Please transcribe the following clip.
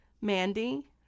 Mandy